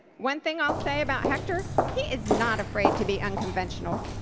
one thing i'll say about hector, he is not afraid to be unconventional.